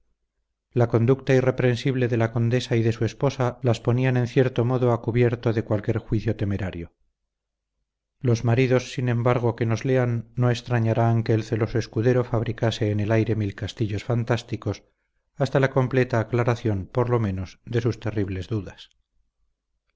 la conducta irreprensible de la condesa y de su esposa las ponían en cierto modo a cubierto de cualquier juicio temerario los maridos sin embargo que nos lean no extrañarán que el celoso escudero fabricase en el aire mil castillos fantásticos hasta la completa aclaración por lo menos de sus terribles dudas